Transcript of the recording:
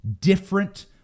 different